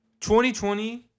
2020